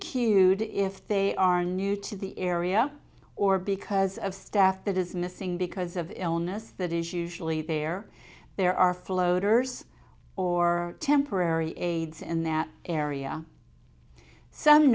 cued if they are new to the area or because of staff that is missing because of illness that is usually there there are floaters or temporary aids in that area some